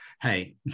hey